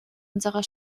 unserer